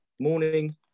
Morning